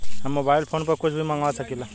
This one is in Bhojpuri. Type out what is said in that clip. हम मोबाइल फोन पर कुछ भी मंगवा सकिला?